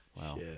Wow